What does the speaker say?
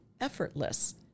effortless